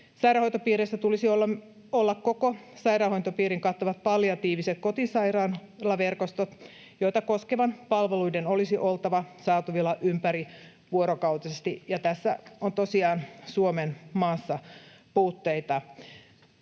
Sairaanhoitopiireissä tulisi olla koko sairaanhoitopiirin kattavat palliatiiviset kotisairaalaverkostot, joita koskevien palveluiden olisi oltava saatavilla ympärivuorokautisesti, ja tässä on tosiaan Suomenmaassa puutteita.